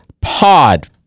Pod